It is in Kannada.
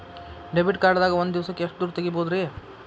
ಡೆಬಿಟ್ ಕಾರ್ಡ್ ದಾಗ ಒಂದ್ ದಿವಸಕ್ಕ ಎಷ್ಟು ದುಡ್ಡ ತೆಗಿಬಹುದ್ರಿ?